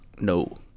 No